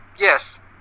Yes